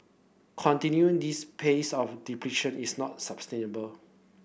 continuing this pace of depletion is not sustainable